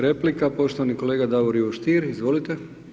Replika poštovani kolega Davor Ivo Stier, izvolite.